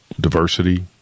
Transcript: diversity